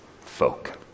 folk